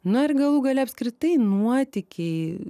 na ir galų gale apskritai nuotykiai